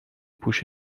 پوش